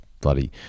bloody